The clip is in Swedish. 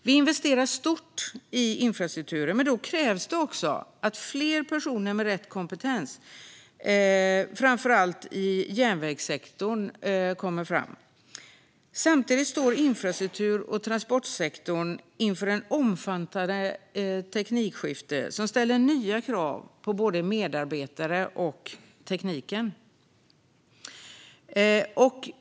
Vi investerar stort i infrastrukturen, men då krävs det också att fler personer med rätt kompetens, framför allt i järnvägssektorn, kommer fram. Samtidigt står infrastruktur och transportsektorn inför ett omfattande teknikskifte som ställer nya krav på både medarbetare och tekniken.